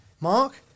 Mark